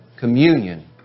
communion